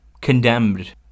condemned